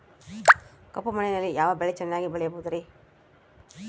ಕಪ್ಪು ಮಣ್ಣಿನಲ್ಲಿ ಯಾವ ಬೆಳೆ ಚೆನ್ನಾಗಿ ಬೆಳೆಯಬಹುದ್ರಿ?